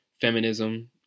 feminism